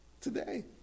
Today